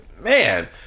man